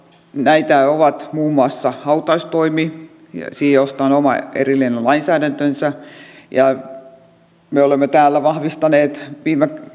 näitä ovat muun muassa hautaustoimi siihen on oma erillinen lainsäädäntönsä ja me olemme täällä vahvistaneet viime